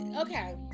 okay